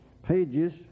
pages